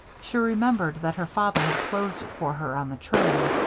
she remembered that her father had closed it for her on the train.